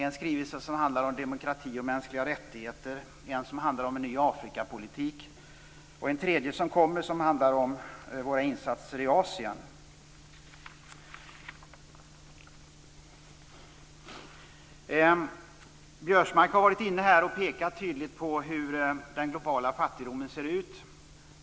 En skrivelse handlar om demokrati och mänskliga rättigheter, en handlar om en ny Afrikapolitik och en tredje kommer som handlar om våra insatser i Asien. Biörsmark har här tydligt pekat på hur den globala fattigdomen ser ut.